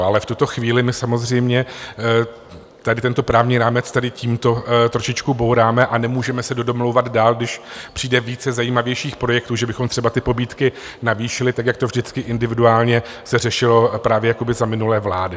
Ale v tuto chvíli my samozřejmě tady tento právní rámec tímto trošičku bouráme a nemůžeme se domlouvat dál, když přijde více zajímavějších projektů, že bychom třeba ty pobídky navýšili, tak jak se to vždycky individuálně řešilo právě za minulé vlády.